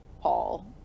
Paul